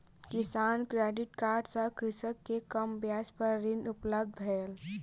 किसान credit card सँ कृषक के कम ब्याज पर ऋण उपलब्ध भेल